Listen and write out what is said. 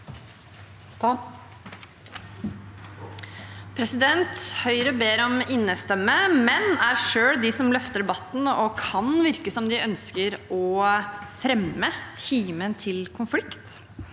Høyre ber om innestemme, men er selv de som løfter debatten og kan virke som de ønsker å fremme kimen til konflikt.